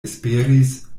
esperis